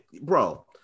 bro